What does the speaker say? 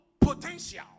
potential